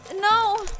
No